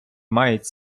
мають